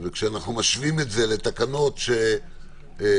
וכשאנחנו משווים את זה לתקנות שקיימות